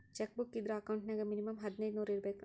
check book ಇದ್ರ account ನ್ಯಾಗ minimum ಹದಿನೈದ್ ನೂರ್ ಇರ್ಬೇಕು